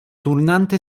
turnante